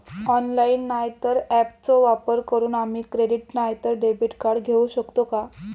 Online नाय तर ऍपचो वापर करून आम्ही क्रेडिट नाय तर डेबिट कार्ड घेऊ शकतो का?